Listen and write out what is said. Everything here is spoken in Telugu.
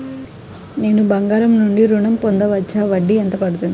నేను బంగారం నుండి ఋణం పొందవచ్చా? వడ్డీ ఎంత పడుతుంది?